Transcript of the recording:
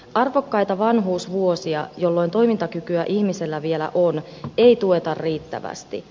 arvokkaita vanhuusvuosia jolloin toimintakykyä ihmisellä vielä on ei tueta riittävästi